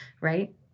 right